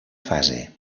fase